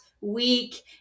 week